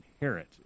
inherit